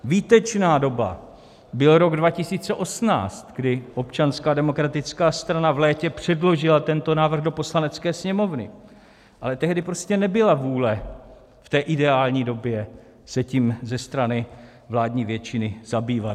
Výtečná doba byl rok 2018, kdy Občanská demokratická strana v létě předložila tento návrh do Poslanecké sněmovny, ale tehdy prostě nebyla vůle v té ideální době se tím ze strany vládní většiny zabývat.